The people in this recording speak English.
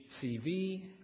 HCV